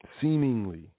seemingly